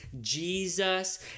Jesus